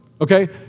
Okay